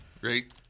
great